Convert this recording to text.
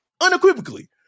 unequivocally